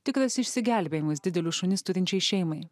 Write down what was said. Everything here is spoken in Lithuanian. tikras išsigelbėjimas didelius šunis turinčiai šeimai